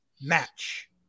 match